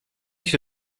się